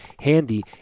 handy